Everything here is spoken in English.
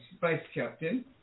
vice-captain